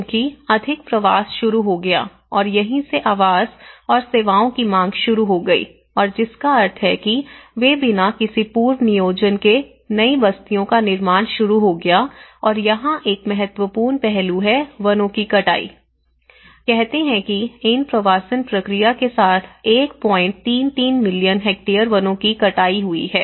क्योंकि अधिक प्रवास शुरू हो गया और यहीं से आवास और सेवाओं की मांग शुरू हो गई और जिसका अर्थ है कि वे बिना किसी पूर्व नियोजन के नई बस्तियों का निर्माण शुरू हो गया और यहां एक महत्वपूर्ण पहलू है वनों की कटाई कहते हैं कि इन प्रवासन प्रक्रिया के साथ 133 मिलियन हेक्टेयर वनों की कटाई हुई है